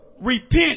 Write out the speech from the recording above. repent